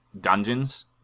dungeons